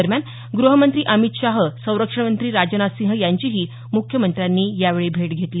दरम्यान ग्रहमंत्री अमित शाह संरक्षण मंत्री राजनाथसिंह यांचीही मुख्यमंत्र्यांनी भेट घेतली